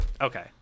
Okay